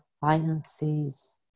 finances